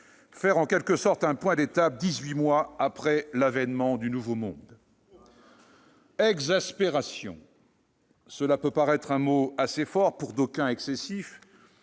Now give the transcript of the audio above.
faire en quelque sorte un point d'étape dix-huit mois après l'avènement du « nouveau monde ». Oh !« Exaspération », cela peut paraître un mot assez fort, pour d'aucuns excessif,